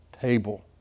table